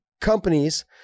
companies